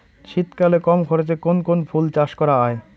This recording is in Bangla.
শীতকালে কম খরচে কোন কোন ফুল চাষ করা য়ায়?